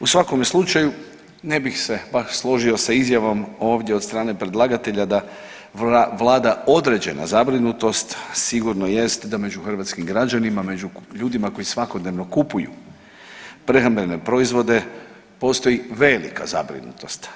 U svakome slučaju ne bih se baš složio sa izjavom od strane predlagatelja da vlada određena zabrinutost, sigurno jest da među hrvatskim građanima, među ljudima koji svakodnevno kupuju prehrambene proizvode postoji velika zabrinutost.